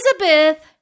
Elizabeth